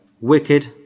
wicked